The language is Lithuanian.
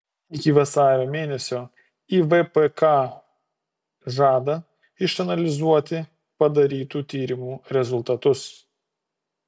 iki vasario mėnesio ivpk žada išanalizuoti padarytų tyrimų rezultatus